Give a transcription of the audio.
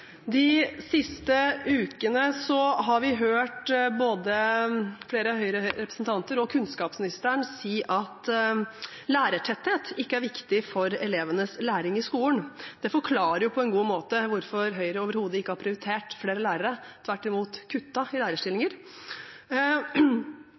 De siste ukene har vi hørt både flere av Høyres representanter og kunnskapsministeren si at lærertetthet ikke er viktig for elevenes læring i skolen. Det forklarer på en god måte hvorfor Høyre overhodet ikke har prioritert flere lærere, og tvert imot kuttet i